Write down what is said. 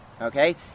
okay